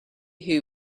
who